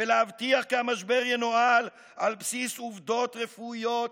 ולהבטיח כי המשבר ינוהל על בסיס עובדות רפואיות